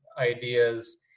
Ideas